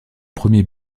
premier